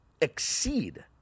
exceed –